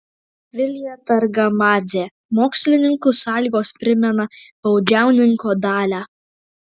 vilija targamadzė mokslininkų sąlygos primena baudžiauninko dalią